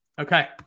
Okay